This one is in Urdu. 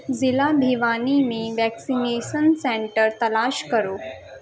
ضلع بھوانی میں ویکسینیشن سینٹر تلاش کرو